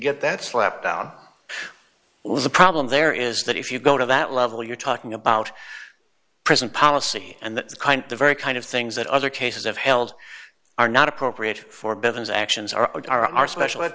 get that slap down was the problem there is that if you go to that level you're talking about prison policy and that the very kind of things that other cases have held are not appropriate for business actions are what are our special